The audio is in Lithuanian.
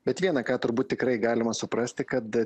bet viena ką turbūt tikrai galima suprasti kad